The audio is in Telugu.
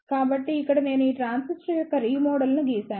కాబట్టి ఇక్కడ నేను ఈ ట్రాన్సిస్టర్ యొక్క రీ మోడల్ను గీసాను